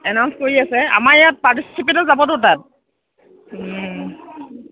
announce কৰি আছে আমাৰ ইয়াত পাৰ্টিচিপেণ্টো যাবটো তাত